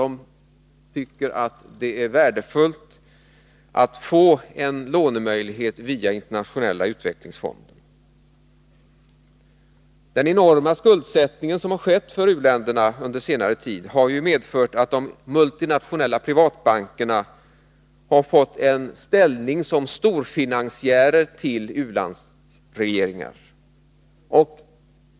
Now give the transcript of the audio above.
De tycker att det är värdefullt att få en lånemöjlighet via Internationella utvecklingsfonden. Den enorma skuldsättning som uppkommit för u-länderna under senare tid har ju medfört att de multinationella privatbankerna har fått en ställning som storfinansiärer i förhållande till u-landsregeringar.